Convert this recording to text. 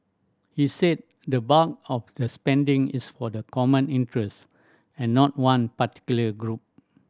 he said the bulk of the spending is for the common interest and not one particular group